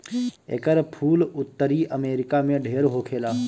एकर फूल उत्तरी अमेरिका में ढेर होखेला